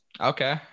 Okay